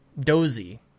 dozy